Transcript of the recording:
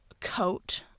coat